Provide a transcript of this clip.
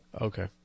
Okay